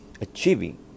achieving